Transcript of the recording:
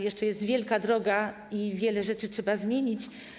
Jeszcze jest długa droga i wiele rzeczy trzeba zmienić.